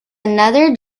another